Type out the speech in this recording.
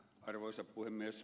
arvoisa puhemies